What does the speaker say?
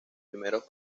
primeros